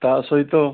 ତା ସହିତ